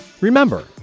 Remember